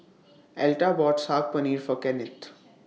Elta bought Saag Paneer For Kennith